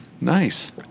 Nice